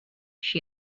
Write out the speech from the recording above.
she